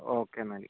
okay എന്നാൽ